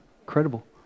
Incredible